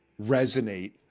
resonate